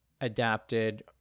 adapted